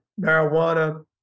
marijuana